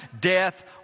death